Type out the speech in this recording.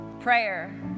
prayer